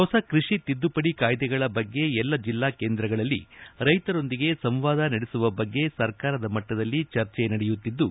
ಹೊಸ ಕೃಷಿ ತಿದ್ದುಪಡಿ ಕಾಯ್ದೆಗಳ ಬಗ್ಗೆ ಎಲ್ಲಾ ಜಿಲ್ಲಾ ಕೇಂದ್ರಗಳಲ್ಲಿ ರೈತರೊಂದಿಗೆ ಸಂವಾದ ನಡೆಸುವ ಬಗ್ಗೆ ಸರ್ಕಾರದ ಮಟ್ಟದಲ್ಲಿ ಚರ್ಚಿ ನಡೆಯುತ್ತಿದ್ಲು